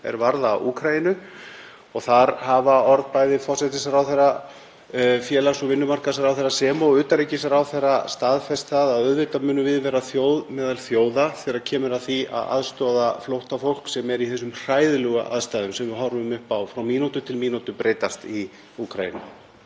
er varða Úkraínu. Þar hafa orð bæði forsætisráðherra og félags- og vinnumarkaðsráðherra sem og utanríkisráðherra staðfest það að auðvitað munum við vera þjóð meðal þjóða þegar kemur að því að aðstoða flóttafólk sem er í þessum hræðilegu aðstæðum sem við horfum upp á breytast frá mínútu til mínútu í Úkraínu.